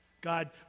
God